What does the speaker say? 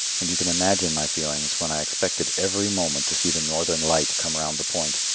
and you can imagine my feelings when i expected every moment to see the northern light come round the point,